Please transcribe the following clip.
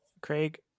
Craig